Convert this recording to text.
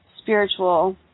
spiritual